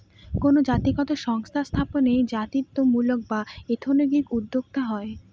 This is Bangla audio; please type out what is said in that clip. কোনো জাতিগত সংস্থা স্থাপনে জাতিত্বমূলক বা এথনিক উদ্যোক্তা হয়